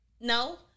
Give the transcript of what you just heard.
no